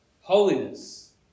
Holiness